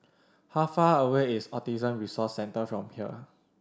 how far away is Autism Resource Centre from here